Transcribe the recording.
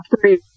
three